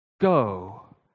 go